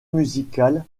musical